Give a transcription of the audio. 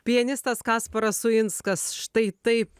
pianistas kasparas uinskas štai taip